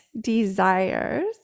desires